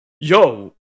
Yo